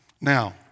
Now